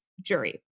jury